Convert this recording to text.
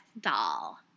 doll